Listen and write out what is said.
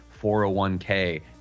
401k